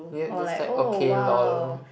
yeah just like okay lol